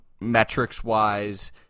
metrics-wise